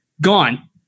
Gone